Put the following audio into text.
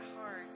heart